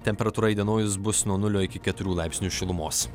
temperatūra įdienojus bus nuo nulio iki keturių laipsnių šilumos